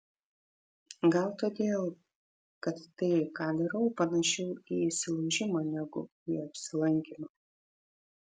gal todėl kad tai ką darau panašiau į įsilaužimą negu į apsilankymą